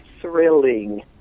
Thrilling